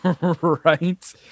Right